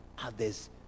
others